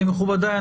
מכובדיי,